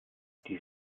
die